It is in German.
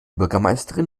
bürgermeisterin